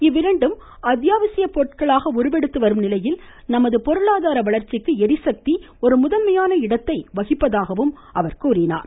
இவ்விரண்டும் அத்யாவசிய பொருட்களாக உருவெடுத்து வரும் நிலையில் நமது பொருளாதார வளர்ச்சிக்கு ளரிசக்தி ஒரு முதன்மையான இடத்தை வகிப்பதாகவும் அவர் குறிப்பிட்டார்